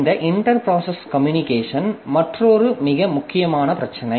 இந்த inter process communication மற்றொரு மிக முக்கியமான பிரச்சினை